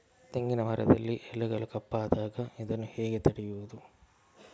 ತೆಂಗಿನ ಮರದಲ್ಲಿ ಎಲೆಗಳು ಕಪ್ಪಾದಾಗ ಇದನ್ನು ಹೇಗೆ ತಡೆಯುವುದು?